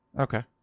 Okay